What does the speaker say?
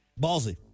Ballsy